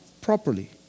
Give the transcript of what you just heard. properly